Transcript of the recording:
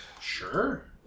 Sure